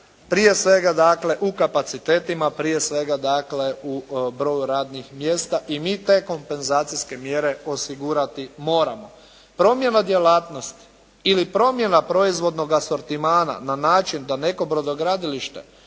prije svega dakle u kapacitetima prije svega dakle u broju radnih mjesta i mi te kompenzacijske mjere osigurati moramo. Promjena djelatnosti ili promjena proizvodnog asortimana na način da neko brodogradilište